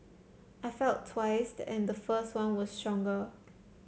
I felt twice and the first one was stronger